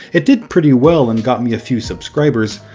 it did pretty well and got me a few subscribers.